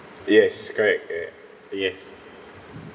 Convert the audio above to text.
yes correct correct yes